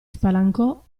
spalancò